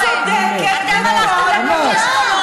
רוצה מלחמה.